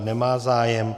Nemá zájem.